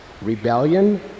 rebellion